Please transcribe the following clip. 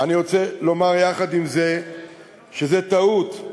אני רוצה לומר יחד עם זה שזו טעות,